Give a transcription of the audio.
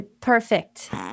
Perfect